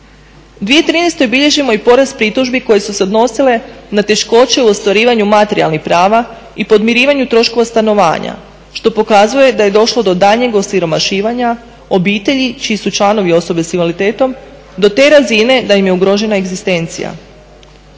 U 2013. bilježimo i porast pritužbi koje su se odnosile na teškoće u ostvarivanju materijalnih prava i podmirivanju troškova stanovanja, što pokazuje da je došlo do daljnjeg osiromašivanja obitelji čiji su članovi osobe s invaliditetom do te razine da im je ugrožena egzistencija.